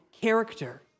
character